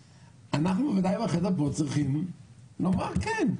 צריכים לומר כן,